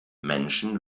menschen